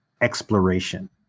exploration